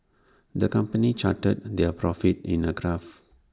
the company charted their profits in A graph